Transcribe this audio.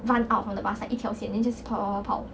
run out from the bus like 一条线 then just 跑跑跑跑跑